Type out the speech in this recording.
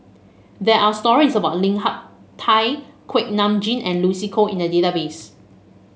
there are stories about Lim Hak Tai Kuak Nam Jin and Lucy Koh in the database